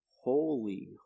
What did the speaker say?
holy